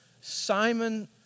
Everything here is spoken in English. Simon